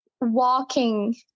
walking